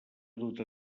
duta